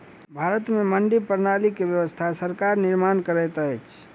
भारत में मंडी प्रणाली के व्यवस्था सरकार निर्माण करैत अछि